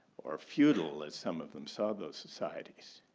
or feudal as some of them saw those societies.